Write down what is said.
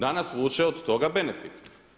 Danas vuče od toga benefit.